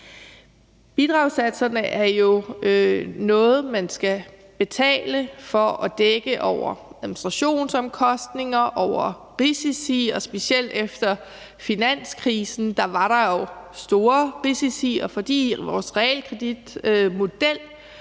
Bidragssatserne er jo noget, man skal betale for, og dækker over administrationsomkostninger og over risici. Specielt efter finanskrisen var der jo store risici, og fordi vores realkreditmodel